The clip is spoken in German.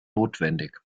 notwendig